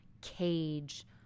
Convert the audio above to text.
cage